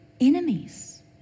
enemies